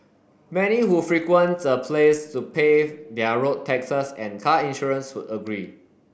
many who frequent the place to pay their road taxes and car insurance would agree